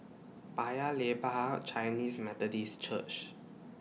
Paya Lebar Chinese Methodist Church